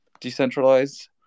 decentralized